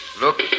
Look